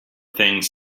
things